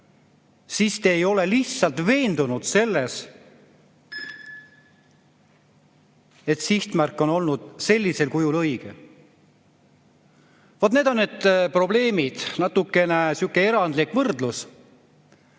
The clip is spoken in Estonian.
siis te ei ole lihtsalt veendunud selles, et sihtmärk on olnud sellisel kujul õige. Vaat need on need probleemid. Natukene sihuke erandlik võrdlus,